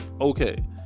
okay